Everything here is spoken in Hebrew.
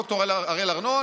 ד"ר הראל ארנון,